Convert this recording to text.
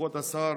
כבוד השר